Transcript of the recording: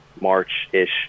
March-ish